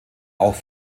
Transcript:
auch